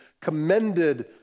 commended